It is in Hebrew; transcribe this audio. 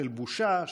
של בושה,